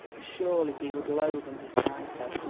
surely he would loathe and despise her.